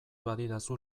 badidazu